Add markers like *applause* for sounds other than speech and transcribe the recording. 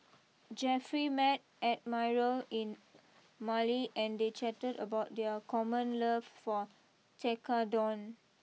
Jeffry met Admiral in *noise* Male and they chatted about their common love for Tekkadon